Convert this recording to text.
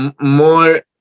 more